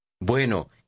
Bueno